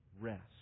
rest